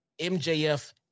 MJF